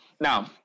Now